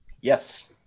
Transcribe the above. Yes